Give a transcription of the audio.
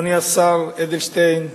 אדוני השר אדלשטיין,